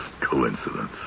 coincidence